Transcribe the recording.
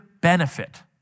benefit